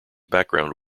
background